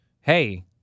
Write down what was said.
hey